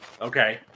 Okay